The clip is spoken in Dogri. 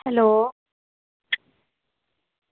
हैलो